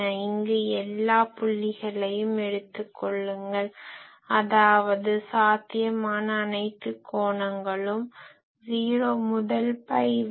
இங்கு எல்லா புள்ளிகளையும் எடுத்து கொள்ளுங்கள் அதாவது சாத்தியமான அனைத்து கோணங்களும் 0 முதல் பை வரை